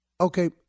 okay